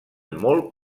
molt